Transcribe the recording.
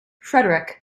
frederic